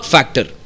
Factor